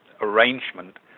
arrangement